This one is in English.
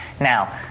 Now